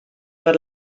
per